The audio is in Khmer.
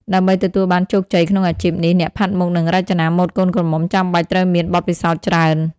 ដើម្បីទទួលបានជោគជ័យក្នុងអាជីពនេះ អ្នកផាត់មុខ និងរចនាម៉ូដកូនក្រមុំចាំបាច់ត្រូវមានបទពិសោធន៍ច្រើន។